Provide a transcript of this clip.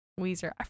Weezer